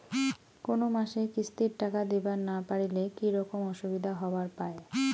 কোনো মাসে কিস্তির টাকা দিবার না পারিলে কি রকম অসুবিধা হবার পায়?